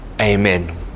amen